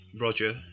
Roger